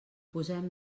posem